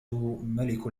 ملك